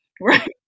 right